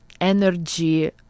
energy